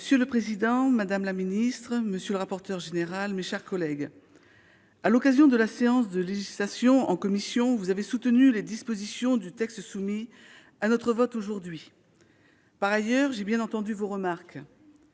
Monsieur le président, madame la secrétaire d'État, monsieur le rapporteur général, mes chers collègues, à l'occasion de la séance de législation en commission, vous avez soutenu les dispositions du texte soumis à notre vote aujourd'hui. Par ailleurs, j'ai bien entendu vos remarques.